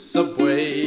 Subway